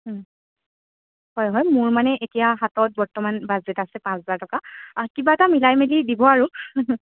হয় হয় মোৰ মানে এতিয়া হাতত বৰ্তমান বাজেট আছে পাঁচ হাজাৰ টকা কিবা এটা মিলাই মেলি দিব আৰু